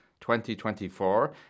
2024